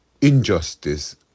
injustice